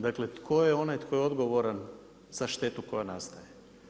Dakle tko je onaj koji je odgovoran za štetu koja nastaje.